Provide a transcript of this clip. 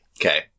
Okay